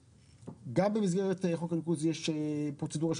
גם במסגרת חוק הניקוז יש פרוצדורה של